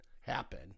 happen